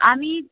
আমি